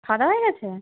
খাওয়া দাওয়া হয়ে গেছে